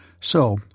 So